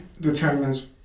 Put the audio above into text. determines